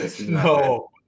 no